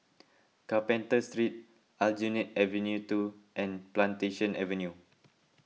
Carpenter Street Aljunied Avenue two and Plantation Avenue